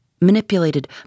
manipulated